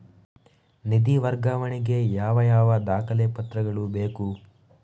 ನಿಧಿ ವರ್ಗಾವಣೆ ಗೆ ಯಾವ ಯಾವ ದಾಖಲೆ ಪತ್ರಗಳು ಬೇಕು?